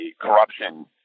corruption